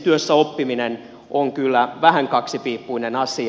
työssäoppiminen on kyllä vähän kaksipiippuinen asia